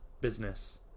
business